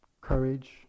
courage